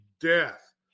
death